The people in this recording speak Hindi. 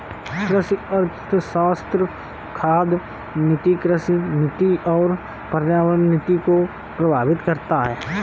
कृषि अर्थशास्त्र खाद्य नीति, कृषि नीति और पर्यावरण नीति को प्रभावित करता है